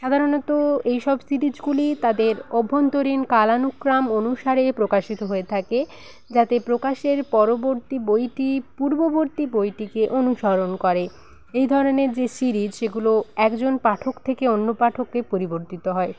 সাধারণত এই সব সিরিজগুলি তাদের অভ্যন্তরীণ কালানুক্রম অনুসারে প্রকাশিত হয়ে থাকে যাতে প্রকাশের পরবর্তী বইটি পূর্ববর্তী বইটিকে অনুসরণ করে এই ধরনের যে সিরিজ সেগুলো একজন পাঠক থেকে অন্য পাঠকে পরিবর্তিত হয়